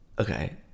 Okay